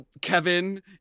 Kevin